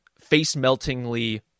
face-meltingly